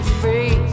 free